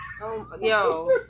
yo